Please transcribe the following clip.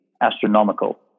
astronomical